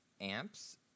amps